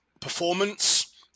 performance